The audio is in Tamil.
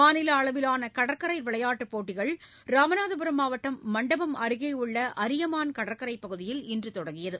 மாநில அளவிலான கடற்கரை விளையாட்டுப் போட்டிகள் ராமநாதபுரம் மாவட்டம் மண்டபம் அருகே உள்ள அரியமான் கடற்கரைப் பகுதியில் இன்று தொடங்கியது